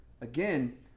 Again